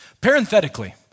Parenthetically